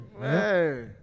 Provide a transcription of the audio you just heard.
hey